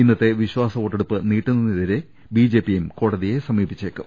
ഇന്നത്തെ വിശ്വാസ വോട്ടെടുപ്പ് നീട്ടുന്നതിനെതിരെ ബിജെപിയും കോടതിയെ സമീപിച്ചേക്കും